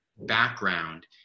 background